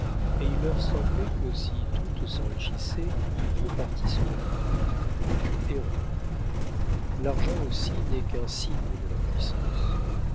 et il leur semblait que si toutes s'enrichissaient le parti serait fort erreur l'argent aussi n'est qu'un signe de la puissance